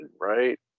right